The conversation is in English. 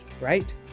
right